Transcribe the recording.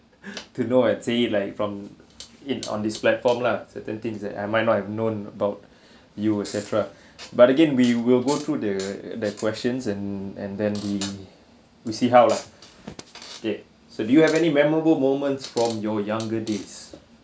to know ah say it like from in on this platform lah certain things that I might not have known about you etcetera but again we will go through the the questions and and then we we see how lah okay so do you have any memorable moments from your younger days